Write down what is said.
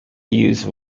use